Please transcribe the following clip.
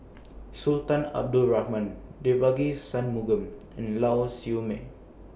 Sultan Abdul Rahman Devagi Sanmugam and Lau Siew Mei